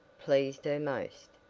pleased her most,